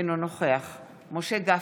אינו נוכח משה גפני,